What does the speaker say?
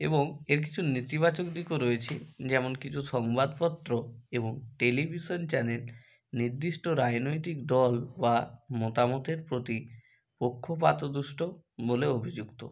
এবং এর কিছু নেতিবাচক দিকও রয়েছে যেমন কিছু সংবাদপত্র এবং টেলিভিশন চ্যানেল নির্দিষ্ট রাজনৈতিক দল বা মতামতের প্রতি পক্ষপাতদুষ্ট বলে অভিযুক্ত